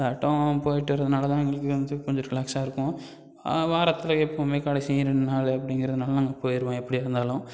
அதாட்டம் போய்ட்டு வர்றதனால தான் எங்களுக்கு வந்து கொஞ்சம் ரிலாக்ஸாக இருக்கும் வாரத்தில் எப்போவுமே கடைசி ரெண்டு நாள் அப்படிங்கிறதுனால நாங்கள் போயிடுவோம் எப்படியா இருந்தாலும்